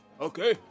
okay